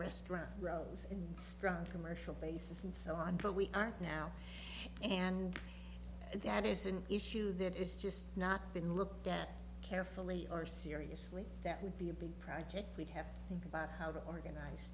restaurant rows and strong commercial basis and so on but we are now and that is an issue that is just not been looked at carefully or seriously that would be a big project we'd have think about how to organize